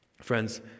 Friends